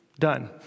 done